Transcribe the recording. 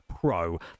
pro